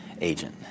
agent